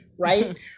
right